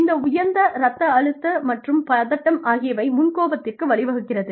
இந்த உயர்ந்த இரத்த அழுத்தம் மற்றும் பதட்டம் ஆகியவை முன் கோபத்திற்கு வழிவகுக்கிறது